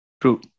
True